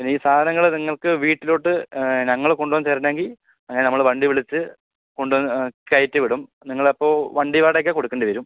ഇനി സാധനങ്ങള് നിങ്ങൾക്ക് വീട്ടിലോട്ട് ഞങ്ങള് കൊണ്ടുവന്ന് തരണമെങ്കിൽ നമ്മള് വണ്ടി വിളിച്ച് കൊണ്ടുവന്ന് കയറ്റി വിടും നിങ്ങളിപ്പോൾ വണ്ടി വാടകയൊക്കെ കൊടുക്കേണ്ടി വരും